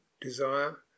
desire